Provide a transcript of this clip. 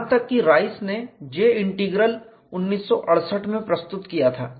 यहां तक कि राइस ने J इंटीग्रल 1968 में प्रस्तुत किया था